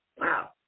Wow